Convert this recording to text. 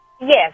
Yes